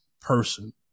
person